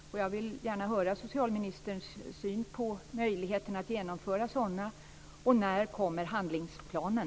Jag vill gärna höra socialministerns syn på möjligheten att genomföra sådana. Och när kommer handlingsplanen?